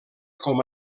com